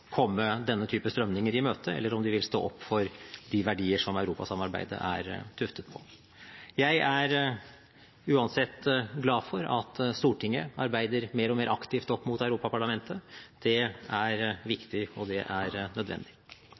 komme denne type strømninger i møte, eller om de vil stå opp for de verdier som europasamarbeidet er tuftet på. Jeg er uansett glad for at Stortinget arbeider mer og mer aktivt opp mot Europaparlamentet. Det er viktig, og det er nødvendig.